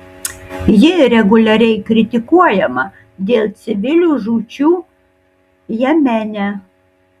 ji reguliariai kritikuojama dėl civilių žūčių jemene